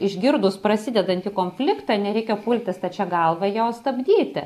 išgirdus prasidedantį konfliktą nereikia pulti stačia galva jo stabdyti